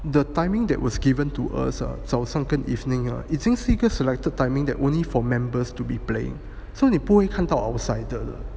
the timing that was given to us err 早上跟 evening err 已经是个 selected timing that only for members to be playing so 你不会看到 outsider 的